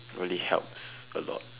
really helps a lot